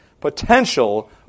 potential